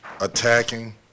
attacking